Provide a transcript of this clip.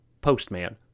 Postman